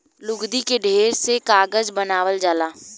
लुगदी के ढेर से कागज बनावल जाला